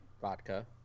Vodka